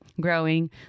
growing